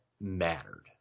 mattered